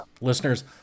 listeners